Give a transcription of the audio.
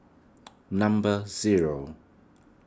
number zero